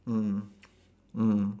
mm mm